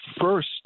first